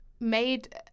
Made